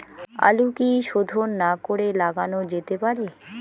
আলু কি শোধন না করে লাগানো যেতে পারে?